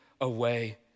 away